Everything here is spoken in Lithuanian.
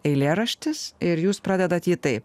eilėraštis ir jūs pradedat jį tai